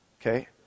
okay